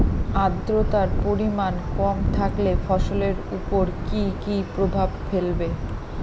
আদ্রর্তার পরিমান কম থাকলে ফসলের উপর কি কি প্রভাব ফেলবে?